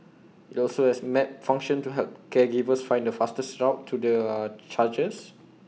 IT also has A map function to help caregivers find the fastest route to their charges